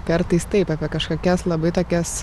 kartais taip apie kažkokias labai tokias